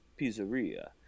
Pizzeria